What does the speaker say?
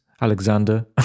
alexander